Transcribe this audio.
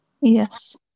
Yes